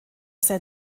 sein